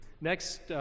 Next